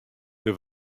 der